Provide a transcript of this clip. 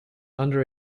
under